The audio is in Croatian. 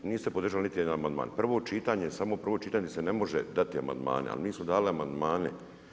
Niste podržali niti jedan amandman, prvo čitanje, samo prvo čitanje se me može dati amandmani, a mi smo dali amandmane.